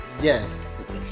yes